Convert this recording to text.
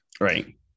Right